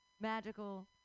magical